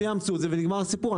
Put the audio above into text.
שיאמצו את זה ונגמר הסיפור.